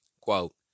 Quote